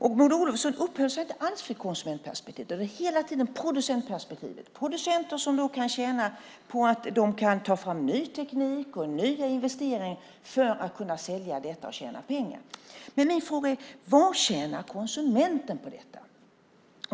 Och Maud Olofsson uppehöll sig inte alls vid konsumentperspektivet, utan det var hela tiden producentperspektivet. Det handlade om producenter, som kan tjäna på att de kan ta fram ny teknik och nya investeringar för att kunna sälja detta och tjäna pengar. Men min fråga är: Vad tjänar konsumenten på detta?